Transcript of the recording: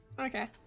Okay